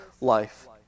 life